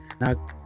Now